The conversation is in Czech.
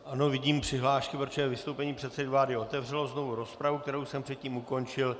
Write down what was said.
Ano, vidím přihlášky, protože vystoupení předsedy vlády otevřelo znovu rozpravu, kterou jsem předtím ukončil.